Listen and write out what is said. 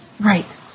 Right